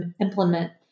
implement